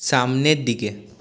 সামনের দিকে